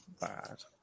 bad